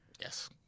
Yes